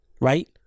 right